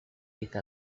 vice